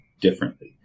differently